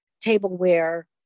tableware